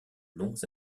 longs